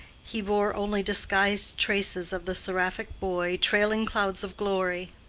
he bore only disguised traces of the seraphic boy trailing clouds of glory.